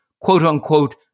quote-unquote